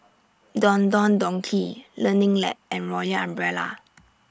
Don Don Donki Learning Lab and Royal Umbrella